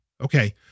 Okay